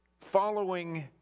following